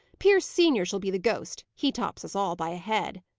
pierce senior shall be the ghost he tops us all by a head.